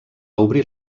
obrir